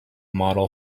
model